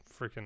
freaking